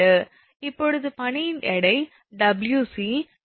இப்போது பனியின் எடை 𝑊𝑐 𝐾𝑔𝑚3